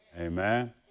Amen